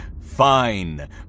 Fine